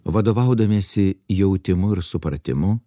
vadovaudamiesi jautimu ir supratimu